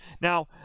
Now